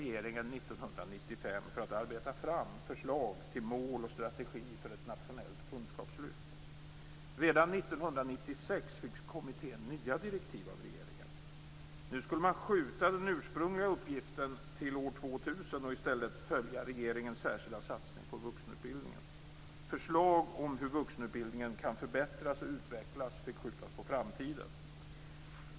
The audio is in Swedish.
1995 för att arbeta fram förslag till mål och strategi för ett nationellt kunskapslyft. Redan 1996 fick kommittén nya direktiv av regeringen. Nu skulle man skjuta den ursprungliga uppgiften till år 2000 och i stället följa regeringens särskilda satsning på vuxenutbildningen. Förslag om hur vuxenutbildningen kan förbättras och utvecklas fick skjutas på framtiden.